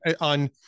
On